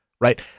right